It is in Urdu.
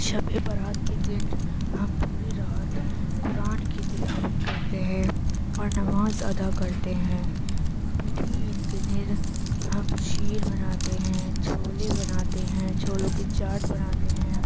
شبِ برأت کے دن ہم پوری رات قرآن کی تلاوت کرتے ہیں اور نماز ادا کرتے ہیں میٹھی عید کے دن ہم شیر بناتے ہیں چھولے بناتے ہیں چھولوں کی چاٹ بناتے ہیں